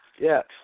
Yes